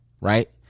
right